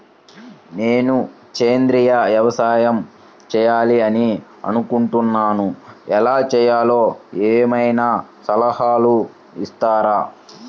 నేను సేంద్రియ వ్యవసాయం చేయాలి అని అనుకుంటున్నాను, ఎలా చేయాలో ఏమయినా సలహాలు ఇస్తారా?